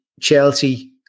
Chelsea